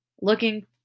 looking